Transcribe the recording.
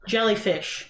Jellyfish